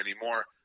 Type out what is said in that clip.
anymore